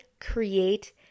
create